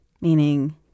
meaning